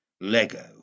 Lego